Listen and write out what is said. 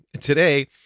Today